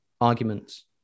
arguments